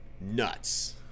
nuts